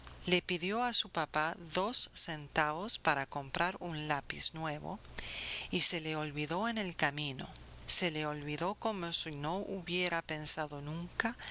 le pidió a su papá dos centavos para comprar un lápiz nuevo y se le olvidó en el camino se le olvidó como si no hubiera pensado nunca